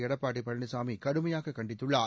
எடப்பாடி பழனிசாமி கடுமையாக கண்டித்துள்ளார்